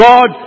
God